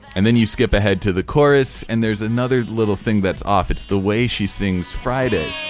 and then you skip ahead to the chorus and there's another little thing that's off. it's the way she sings friday.